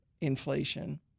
inflation